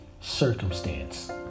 circumstance